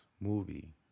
movie